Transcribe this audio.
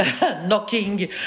knocking